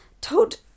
told